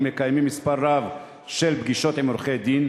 מקיימים מספר רב של פגישות עם עורכי-דין,